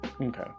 Okay